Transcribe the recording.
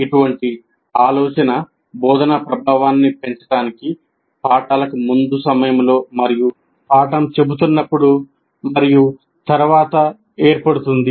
ఇటువంటి ఆలోచన బోధనా ప్రభావాన్ని పెంచడానికి పాఠాలకు ముందు సమయంలో పాఠం చెబుతున్నప్పుడు మరియు తరువాత ఏర్పడుతుంది